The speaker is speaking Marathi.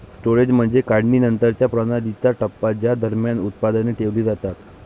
स्टोरेज म्हणजे काढणीनंतरच्या प्रणालीचा टप्पा ज्या दरम्यान उत्पादने ठेवली जातात